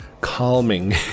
calming